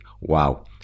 wow